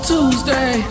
Tuesday